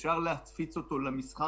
ארצות הברית